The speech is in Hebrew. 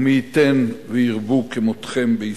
ומי ייתן וירבו כמותכם בישראל.